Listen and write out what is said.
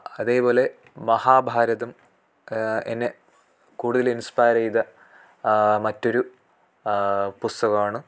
അതേപോലെ മഹാഭാരതം എന്നെ കൂടുതൽ ഇൻസ്പയർ ചെയ്ത മറ്റൊരു പുസ്തകം ആണ്